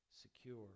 secure